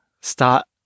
start